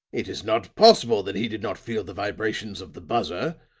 it is not possible that he did not feel the vibrations of the buzzer,